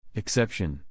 exception